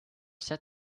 set